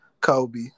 Kobe